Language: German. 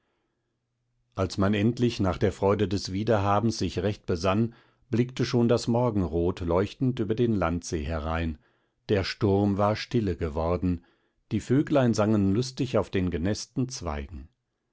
als man endlich nach der freude des wiederhabens sich recht besann blickte schon das morgenrot leuchtend über den landsee herein der sturm war stille geworden die vöglein sangen lustig auf den genäßten zweigen